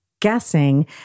guessing